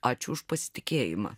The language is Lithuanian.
ačiū už pasitikėjimą